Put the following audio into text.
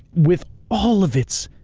with all of its.